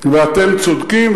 ואתם צודקים,